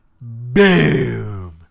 boom